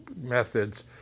methods